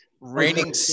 raining